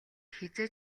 хэзээ